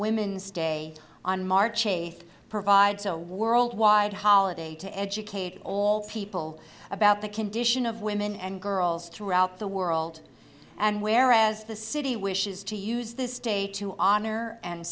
women's day on march eighth provides a world wide holiday to educate all people about the condition of women and girls throughout the world and whereas the city wishes to use this day to honor and